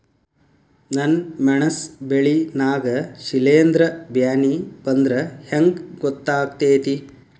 ನನ್ ಮೆಣಸ್ ಬೆಳಿ ನಾಗ ಶಿಲೇಂಧ್ರ ಬ್ಯಾನಿ ಬಂದ್ರ ಹೆಂಗ್ ಗೋತಾಗ್ತೆತಿ?